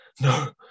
no